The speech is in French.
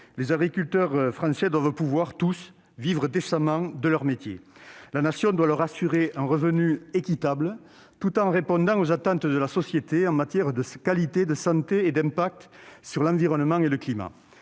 les agriculteurs français doivent tous pouvoir vivre décemment de leur métier. La Nation doit leur assurer un revenu équitable, tout en répondant aux attentes de la société en matière de qualité, de santé et d'impact sur l'environnement et le climat.